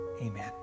amen